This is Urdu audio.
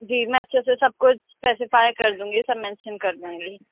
جی میں اچھے سے سب کچھ اِسپیسیفائی کر دوں گی سب مینشن کر دوں گی